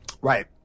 right